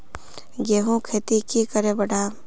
गेंहू खेती की करे बढ़ाम?